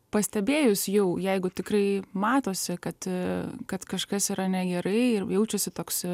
pastebėjus jau jeigu tikrai matosi kad kad kažkas yra negerai ir jaučiasi toks